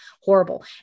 horrible